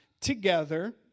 together